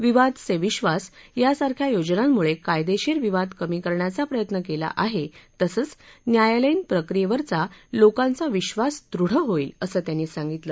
विवाद से विब्बास यासारख्या योजनांमुळे कायदेशीर विवाद कमी करण्याचा प्रयत्न केलेला आहे तसंच न्यायालयीन प्रक्रियेवरचा लोकांचा विधास दृढ होईल असं त्यांनी सांगितलं